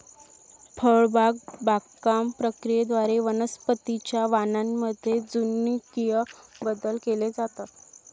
फळबाग बागकाम प्रक्रियेद्वारे वनस्पतीं च्या वाणांमध्ये जनुकीय बदल केले जातात